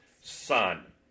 son